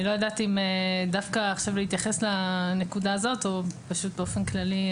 אני לא יודעת עכשיו אם דווקא להתייחס לנקודה הזאת או פשוט באופן כללי.